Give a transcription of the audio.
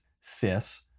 Sis